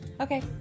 Okay